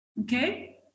Okay